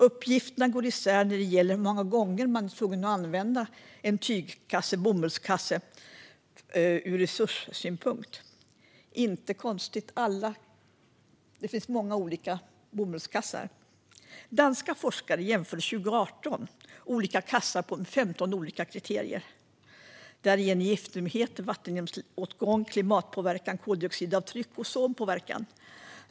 Uppgifterna går isär när det gäller hur många gånger man är tvungen att använda en tygkasse av bomull innan det blir lönsamt ur resurssynpunkt. Det är inte konstigt, eftersom det finns många olika bomullskassar. År 2018 jämförde danska forskare olika kassar utifrån 15 olika kriterier, däribland giftighet, vattenåtgång, klimatpåverkan, koldioxidavtryck och ozonpåverkan.